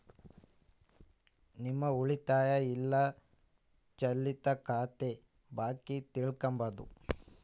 ನಿಮ್ಮ ಉಳಿತಾಯ ಇಲ್ಲ ಚಾಲ್ತಿ ಖಾತೆ ಬಾಕಿ ತಿಳ್ಕಂಬದು